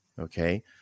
Okay